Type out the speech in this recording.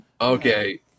okay